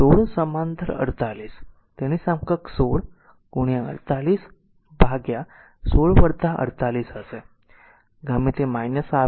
તેથી 16 || 48 તેથી સમકક્ષ 1648 16 48 હશે ગમે તે આવે